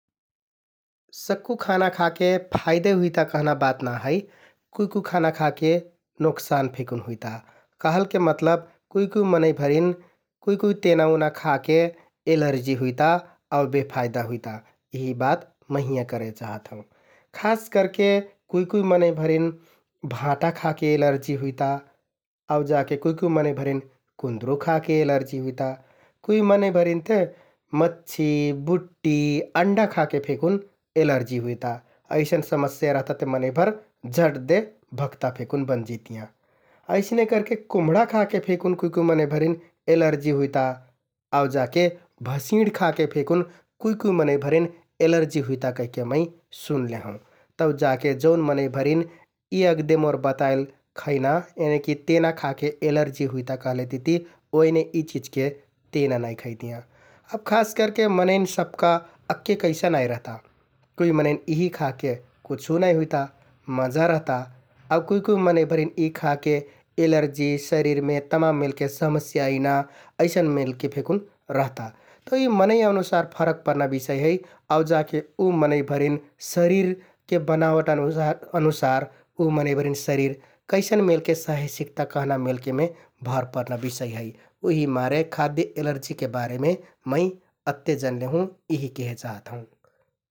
सक्कु खाना खाके फाइदे हुइता कहना बात ना है । कुइ कुइ खाना खाके नोकसान फेकुन हुइता । कहलके मतलब कुइ कुइ मनैंभरिन कुइ कुइ तेना उना खाके एलर्जि हुइता आउ बेफाइदा हुइता इहि बात मै हिंयाँ करे चाहात हौं । खास करके कुइ कुइ मनैंभरिन भाँटा खाके एलर्जि हुइता, आउ जाके कुइ कुइ मनैंभरिन कुन्दरु खाके एलर्जि हुइता । कुइ मनैंभरिन ते मच्छि, बुट्टि, अण्डा खाके फेकुन एलर्जि हुइता । अइसन समस्या रहता ते मनैंभर झट्दे भक्ता फेकुन बनजितियाँ । अइसने करके कुम्हडा खाके फेकुन कुइ कुइ मनैंभरिन एलर्जि हुइता । आउ जाके भँसिंड खाके फेकुन कुइ कुइ मनैंभरिन एलर्जि हुइता कहिके मै सुन्ले हौं । तौ जाके जौन मनैंभरिन यि अग्दे मोर बताइल खैना एनिकि तेना खाके एलर्जि हुइता कहलेतिति ओइने यि चिजके तेना नाइ खैतियाँ । अब खास करके मनैंन सबका अक्के कैसा नाइ रहता । कुइ मनैंन यिहि खाके कुछु नाइ हुइता, मजा रहता आउ कुइ कुइ मनैंभरिन यि खाके एलर्जि, शरिरमे तमान मेलके समस्या अइना अइसन मेलके फेकुन रहता । तौ यि मनैं अनुसार फरक परना बिषय है आउ जाके उ मनैंभरिन शरिरके बनावट अनुसार उ मनैंभरिन शरिर कैसन मेलके सहे सिक्ता कहना मेलके मे भर परना बिषय है । उहिमारे खाद्य एलर्जिके बारेमे मै अत्ते जनले हुँ यिहि केहे चाहथौं ।